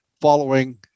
following